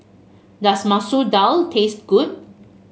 does Masoor Dal taste good